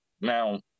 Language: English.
now